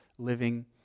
Living